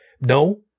no